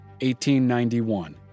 1891